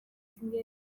gihe